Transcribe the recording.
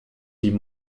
die